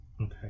Okay